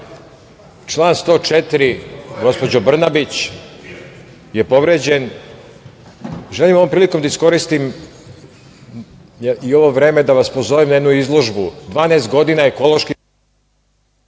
Član 104. gospođo Brnabić, je povređen. Želim ovom prilikom da iskoristim i ovo vreme da vas pozovem na jednu izložbu – 12 godina ekološki…(Isključen